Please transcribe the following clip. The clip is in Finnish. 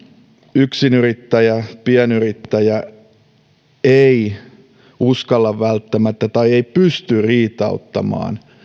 yksinyrittäjä pienyrittäjä ei välttämättä uskalla tai ei pysty riitauttamaan